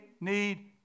need